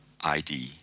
ID